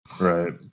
Right